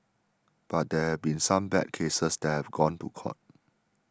but there have been some bad cases that have gone to court